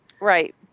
Right